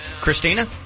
Christina